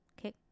Okay